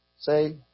Say